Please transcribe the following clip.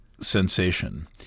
sensation